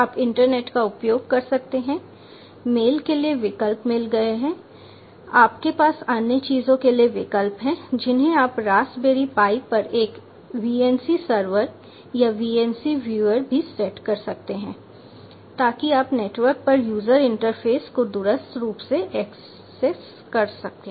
आप इंटरनेट का उपयोग कर सकते हैं मेल के लिए विकल्प मिल गए हैं आपके पास अन्य चीजों के लिए विकल्प हैं जिन्हें आप रास्पबेरी पाई पर एक VNC सर्वर या वीएनसी व्यूर भी सेट कर सकते हैं ताकि आप नेटवर्क पर यूजर इंटरफ़ेस को दूरस्थ रूप से एक्सेस कर सकें